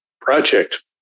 project